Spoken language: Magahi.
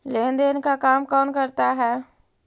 लेन देन का काम कौन करता है?